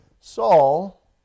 Saul